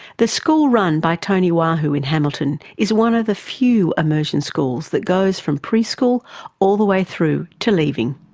the school run by toni waho in hamilton is one of the few immersion schools that goes from preschool all the way through to leaving.